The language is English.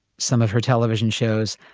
some of her television shows.